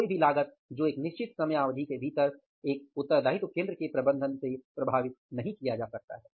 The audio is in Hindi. कोई भी लागत जो एक निश्चित समयावधि के भीतर एक उत्तरदायित्व केंद्र के प्रबंधन से प्रभावित नहीं किया जा सकता है